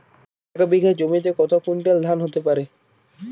এক বিঘা জমিতে কত কুইন্টাল ধান হতে পারে?